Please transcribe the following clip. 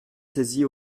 saisie